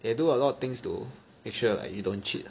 they do a lot of things to make sure like you don't cheat